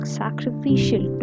sacrificial